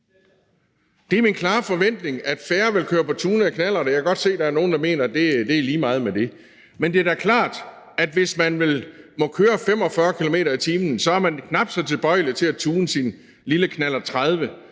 Det er min klare forventning, at færre vil køre på tunede knallerter – jeg kan godt se, at der er nogle, der mener, at det er lige meget med det – men det er da klart, at hvis man må køre 45 km/t., er man knap så tilbøjelig til at tune sin lille knallert 30.